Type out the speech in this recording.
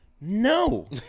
No